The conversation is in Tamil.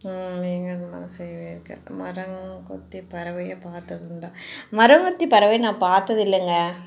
நீங்கள் என்ன செய்வீர்கள் மரம் கொத்தி பறவையை பார்த்ததுண்டா மரங்கொத்தி பறவையை நான் பார்த்தது இல்லைங்க